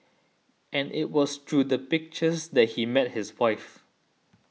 and it was through the pictures that he met his wife